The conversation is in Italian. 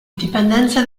dipendenza